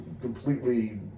completely